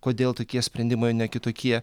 kodėl tokie sprendimai o ne kitokie